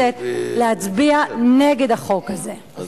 הכנסת הזאת היום מבקשת מאתנו להצביע על טריבונל